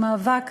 הוא מאבק